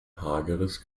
hageres